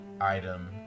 item